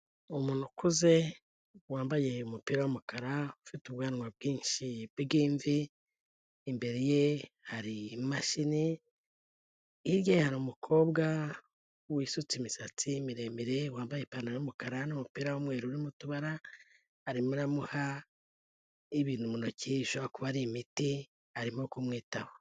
Umuntu ukuze wambaye umupira w'umukara, ufite ubwanwa bwinshi bw'imvi, imbere ye hari imashini, hirya ye hari umukobwa wisutse imisatsi miremire wambaye ipantaro y'umukara n'umupira w'umweru urimo n'umutuba, arimo araha ibintu mu ntoki bishobora kuba ari imiti, arimo kumwitaho.